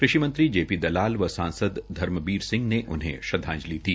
कृषि मंत्री जे पी दलाल व सांसद धर्मवीर सिंह ने उन्हें श्रद्धांजलि दी